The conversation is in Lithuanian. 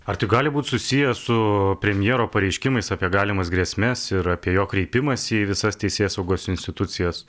ar tai gali būt susiję su premjero pareiškimais apie galimas grėsmes ir apie jo kreipimąsi į visas teisėsaugos institucijas